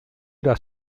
das